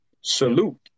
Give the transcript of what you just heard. Salute